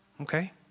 okay